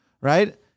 right